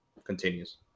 Continues